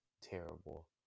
terrible